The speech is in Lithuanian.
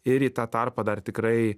ir į tą tarpą dar tikrai